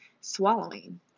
swallowing